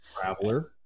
traveler